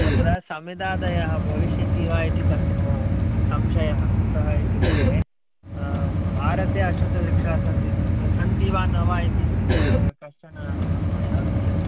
तत्र समिधादयः भविष्यन्ति वा इति कश्चन संशयः कुतः इत्युक्ते भारते अश्वत्थवृक्षाः सन्ति तत्र सन्ति वा न वा इति कश्चन संशयः विद्यते